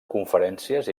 conferències